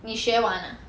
你学玩啊